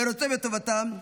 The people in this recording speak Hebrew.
ורוצה בטובתם,